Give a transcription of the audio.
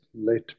Let